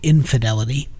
Infidelity